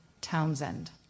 Townsend